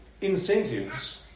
incentives